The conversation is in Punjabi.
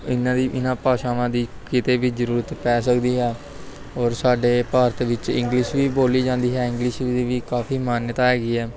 ਇਹਨਾਂ ਦੀ ਇਹਨਾ ਭਾਸ਼ਾਵਾਂ ਦੀ ਕਿਤੇ ਵੀ ਜ਼ਰੂਰਤ ਪੈ ਸਕਦੀ ਹੈ ਔਰ ਸਾਡੇ ਭਾਰਤ ਵਿੱਚ ਇੰਗਲਿਸ਼ ਵੀ ਬੋਲੀ ਜਾਂਦੀ ਹੈ ਇੰਗਲਿਸ਼ ਦੀ ਵੀ ਕਾਫ਼ੀ ਮਾਨਤਾ ਹੈਗੀ ਹੈ